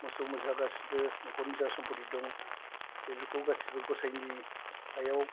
मोसौ मोसा गासिबो न'खरनि जा सम्पत्ति दं बेफोरखौ गासिबो गयसायनि सायाव